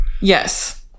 Yes